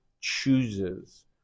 chooses